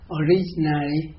originally